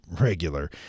regular